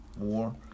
more